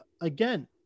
again